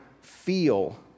feel